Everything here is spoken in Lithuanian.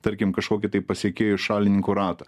tarkim kažkokį tai pasekėjų šalininkų ratą